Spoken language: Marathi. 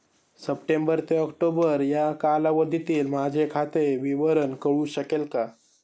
सप्टेंबर ते ऑक्टोबर या कालावधीतील माझे खाते विवरण कळू शकेल का?